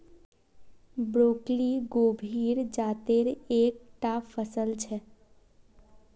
broccoli गोभीर जातेर एक टा फसल छे